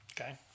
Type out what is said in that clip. okay